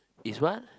is what